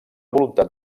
voluntat